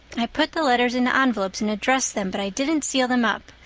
i put the letters into envelopes and addressed them, but i didn't seal them up.